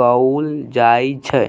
कअल जाइ छै